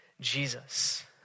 Jesus